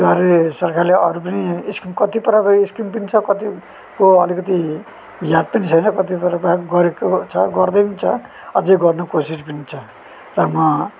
द्वारे सरकारले अरू पनि स्किम कति प्रकारको स्किम छ कतिको अलिकति याद पनि छैन कति प्रकार गरेको छ गर्दै पनि छ अझै गर्नु कोसिस पनि छ र म